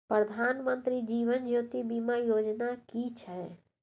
प्रधानमंत्री जीवन ज्योति बीमा योजना कि छिए?